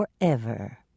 forever